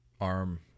arm